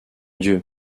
dieu